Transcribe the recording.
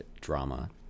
drama